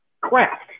craft